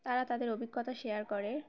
তারা তাদের অভিজ্ঞতা শেয়ার করে